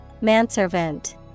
Manservant